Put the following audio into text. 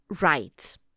right